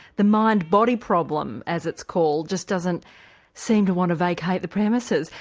the mind-body problem, as it's called, just doesn't seem to want to vacate the premises.